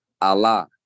Allah